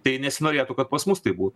tai nesinorėtų kad pas mus taip būtų